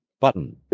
Button